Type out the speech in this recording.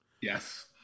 Yes